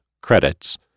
credits